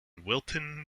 wilton